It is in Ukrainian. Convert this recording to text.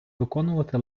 виконувати